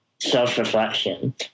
self-reflection